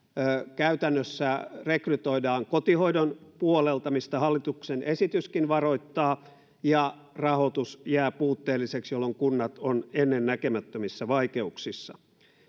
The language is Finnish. käytännössä rekrytoidaan kotihoidon puolelta mistä hallituksen esityskin varoittaa ja rahoitus jää puutteelliseksi jolloin kunnat ovat ennennäkemättömissä vaikeuksissa